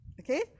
Okay